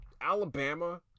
Alabama